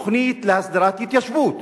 תוכנית להסדרת התיישבות.